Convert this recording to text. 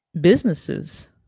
businesses